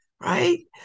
right